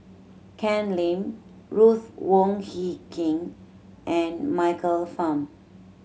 Ken Lim Ruth Wong Hie King and Michael Fam